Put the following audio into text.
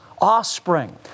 offspring